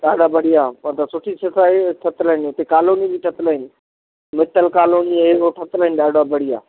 तव्हां खा बढ़िया मथां सुठी सफ़ाई ठहियल आहिनि उते कालोनी बि ठहियल आहे मित्तल कालोनी हे हो ठहियल आहिनि ॾाढा बढ़िया